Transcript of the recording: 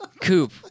coupe